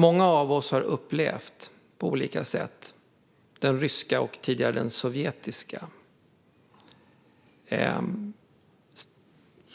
Många av oss har på olika sätt upplevt den ryska och tidigare den sovjetiska